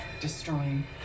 destroying